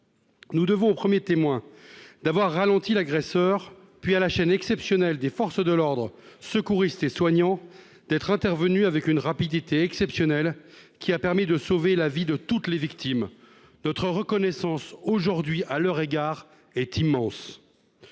Nous devons 1er témoin d'avoir ralenti l'agresseur puis à la chaîne exceptionnelle des forces de l'ordre, secouristes et soignants d'être intervenu avec une rapidité exceptionnelle qui a permis de sauver la vie de toutes les victimes. Notre reconnaissance aujourd'hui à leur égard est immense.